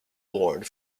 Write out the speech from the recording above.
award